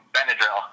Benadryl